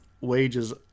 wages